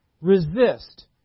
Resist